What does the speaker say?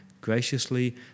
graciously